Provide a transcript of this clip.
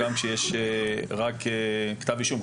גם כשיש כתב אישום,